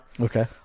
Okay